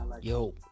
Yo